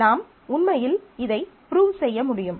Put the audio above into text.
நாம் உண்மையில் இதை ப்ரூவ் செய்ய முடியும்